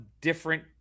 different